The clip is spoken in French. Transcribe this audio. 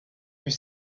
eut